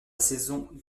saison